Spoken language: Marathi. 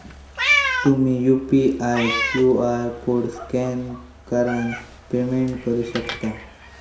तुम्ही यू.पी.आय क्यू.आर कोड स्कॅन करान पेमेंट करू शकता